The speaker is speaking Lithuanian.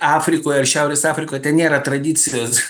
afrikoje ar šiaurės afrikoje ten nėra tradicijos